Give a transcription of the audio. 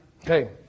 Okay